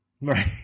right